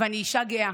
ואני אישה גאה,